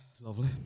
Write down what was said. Lovely